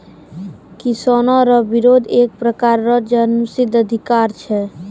किसानो रो बिरोध एक प्रकार रो जन्मसिद्ध अधिकार छै